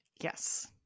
Yes